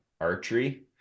archery